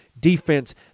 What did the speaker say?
defense